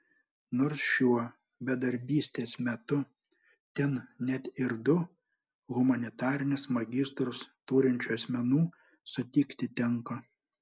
nors šiuo bedarbystės metu ten net ir du humanitarinius magistrus turinčių asmenų sutikti tenka